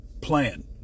plan